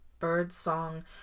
Birdsong